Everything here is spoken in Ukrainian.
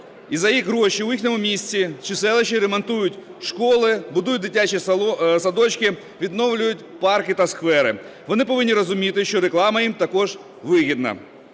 і за їх гроші в їхньому місті чи селищі ремонтують школи, будують дитячі садочки, відновлюють парки та сквери. Вони повинні розуміти, що реклама їм також вигідна.